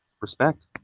respect